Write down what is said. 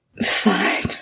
fine